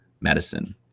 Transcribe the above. medicine